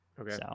okay